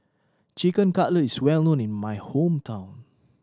Chicken Cutlet is well known in my hometown